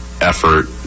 effort